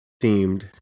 themed